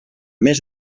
més